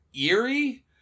eerie